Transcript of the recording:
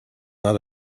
not